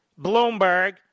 Bloomberg